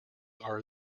are